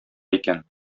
икән